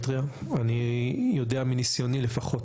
מי שבא לחדש תיעוד,